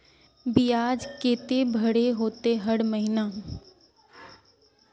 बियाज केते भरे होते हर महीना?